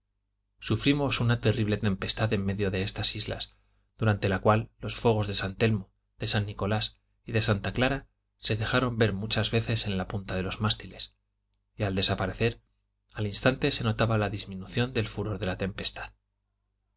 sufrimos una terrible tempestad en medio de estas islas durante la cual los fuegos de san telmo de san nicolás y de santa clara se dejaron ver muchas veces en la punta de los mástiles y al desaparecer al instante se notaba la disminución del furor de la tempestad